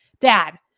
dad